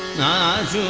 nyse